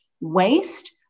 waste